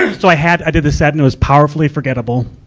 um so, i had, i did this sad news, powerfully forgettable,